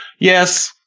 Yes